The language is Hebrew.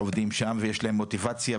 עובדים שם ויש להם מוטיבציה.